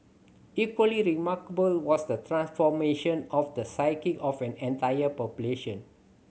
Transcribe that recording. equally remarkable was the transformation of the psyche of an entire population